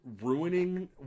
ruining